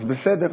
אז בסדר.